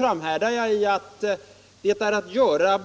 Finns i dag några planer på ett statligt övertagande av personalkostnaderna i syfte att underlätta